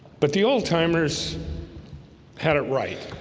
but the old timers had it right